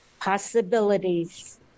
possibilities